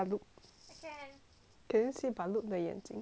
can you see ballut 的眼睛